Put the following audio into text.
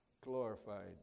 Glorified